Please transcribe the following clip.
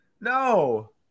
no